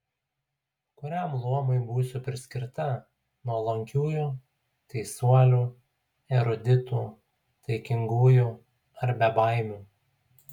kuriam luomui būsiu priskirta nuolankiųjų teisuolių eruditų taikingųjų ar bebaimių